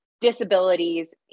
disabilities